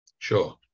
Sure